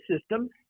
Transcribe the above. system